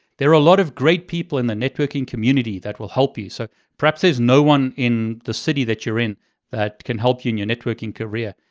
there are a lot of great people in the networking community that will help you. so perhaps there's no one in the city that you're in that can help you in your networking career,